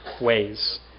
ways